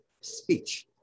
speech